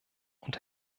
und